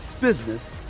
business